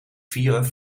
vieren